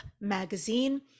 magazine